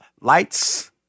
Lights